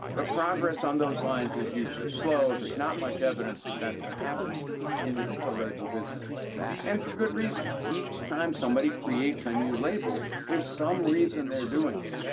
but progress on those lines is usually slow. there's not much evidence that that's been happening in the eco label business and for good reason. each time somebody creates a new label, there's some reason they're doing it.